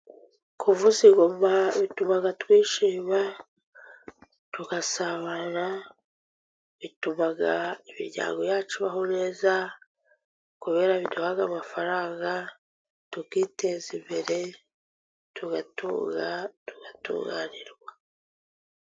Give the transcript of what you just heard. Kuvuza ingoma bituma twishima, tugasabana, bituma imiryango yacu ibaho neza, kubera biduha amafaranga tukiteza imbere, tugatunga tugatunganirwa.